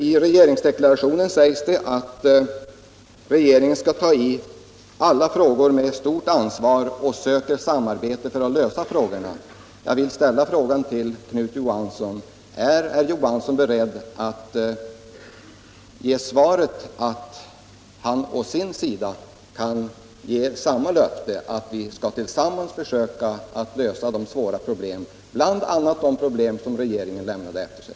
I regeringsdeklarationen sägs att regeringen skall behandla alla frågor med stort ansvar och söka samförstånd för att lösa frågorna. Jag vill fråga herr Knut Johansson om han är beredd att ge samma löfte, att vi tillsammans skall försöka lösa de svåra problemen, bl.a. dem som den gamla regeringen har lämnat efter sig.